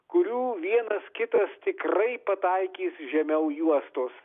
kurių vienas kitas tikrai pataikys žemiau juostos